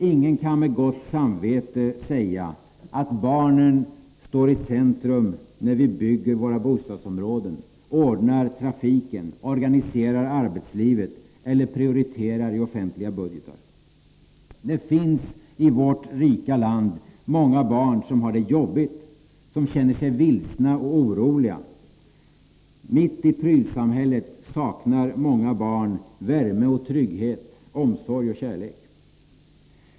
Ingen kan med gott samvete säga att barnen står i centrum när vi bygger våra bostadsområden, ordnar trafiken, organiserar arbetslivet eller prioriterar i offentliga budgetar. Det finns i vårt rika land många barn som har det jobbigt, som känner sig vilsna och oroliga. Mitt i prylsamhället saknar många barn värme och trygghet, omsorg och kärlek.